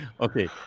Okay